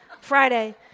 Friday